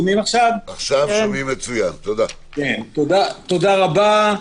תודה רבה.